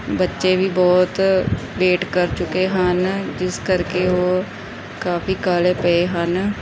ਬੱਚੇ ਵੀ ਬਹੁਤ ਵੇਟ ਕਰ ਚੁੱਕੇ ਹਨ ਜਿਸ ਕਰਕੇ ਉਹ ਕਾਫ਼ੀ ਕਾਹਲੇ ਪਏ ਹਨ